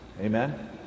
Amen